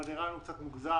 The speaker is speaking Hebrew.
אבל נראה לנו קצת מוגזם,